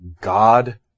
God